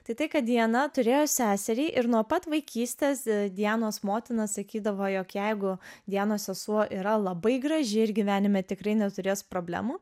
tai tai kad diana turėjo seserį ir nuo pat vaikystės dianos motina sakydavo jog jeigu dianos sesuo yra labai graži ir gyvenime tikrai neturės problemų